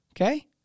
Okay